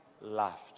laughed